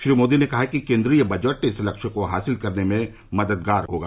श्री मोदी ने कहा कि केन्द्रीय बजट इस लक्ष्य को हासिल करने में मददगार होगा